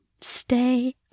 stay